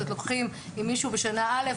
לוקחים מישהו בשנה א',